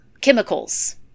chemicals